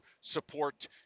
support